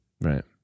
Right